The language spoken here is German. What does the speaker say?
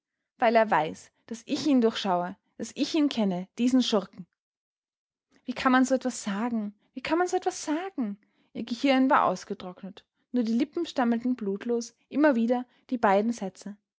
weil er weiß daß ich ihn durchschaue daß ich ihn kenne diesen schurken wie kann man so etwas sagen wie kann man so etwas sagen ihr gehirn war ausgetrocknet nur die lippen stammelten blutlos immer wieder die beiden sätze